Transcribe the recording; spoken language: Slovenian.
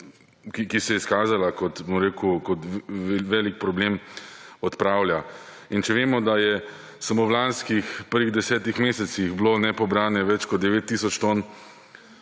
ki se je izkazala kot velik problem, odpravlja. In če vemo, da je samo v lanskih prvih desetih mesecih bilo nepobrane več kot 9 tisoč